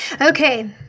Okay